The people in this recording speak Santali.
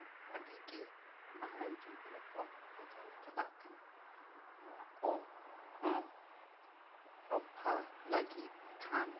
ᱦᱚᱸ ᱟᱹᱰᱤᱜᱮ ᱱᱟᱦᱟᱜ ᱡᱩᱜᱽ ᱨᱮᱠᱚ ᱵᱚᱫᱚᱞ ᱪᱟᱞᱟᱜ ᱠᱟᱱᱟ ᱱᱚᱣᱟ ᱠᱚᱦᱚᱸ ᱨᱚᱯᱷᱟ ᱞᱟᱹᱜᱤᱫ ᱠᱷᱟᱱ